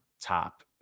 top